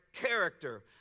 character